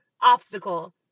obstacle